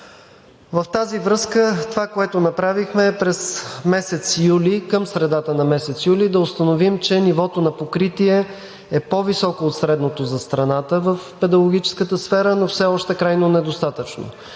В тази връзка това, което направихме – през месец юли, към средата на месец юли, да установим, че нивото на покритие е по-високо от средното за страната в педагогическата сфера, но все още крайно недостатъчно